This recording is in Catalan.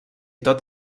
tot